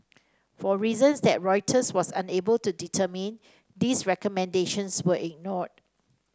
for reasons that Reuters was unable to determine these recommendations were ignored